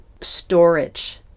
storage